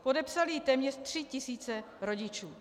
Podepsaly ji téměř tři tisíce rodičů.